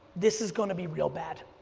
this is going to be real bad.